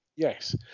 Yes